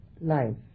life